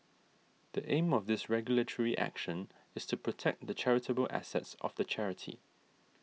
the aim of this regulatory action is to protect the charitable assets of the charity